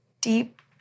deep